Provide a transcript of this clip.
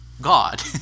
God